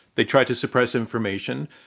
they tried to suppress information,